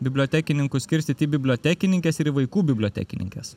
bibliotekininkus skirstyt į bibliotekininkes ir į vaikų bibliotekininkes